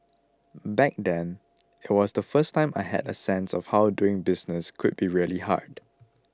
back then it was the first time that I had a sense of how doing business could be really hard